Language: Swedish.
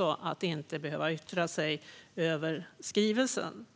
om att de inte behöver yttra sig över skrivelsen.